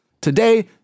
Today